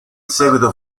seguito